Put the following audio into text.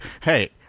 Hey